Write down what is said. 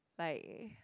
like